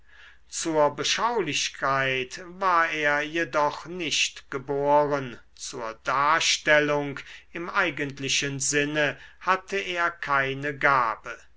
zur beschaulichkeit war er jedoch nicht geboren zur darstellung im eigentlichen sinne hatte er keine gabe